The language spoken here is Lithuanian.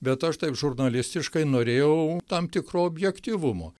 bet aš taip žurnalistiškai norėjau tam tikro objektyvumo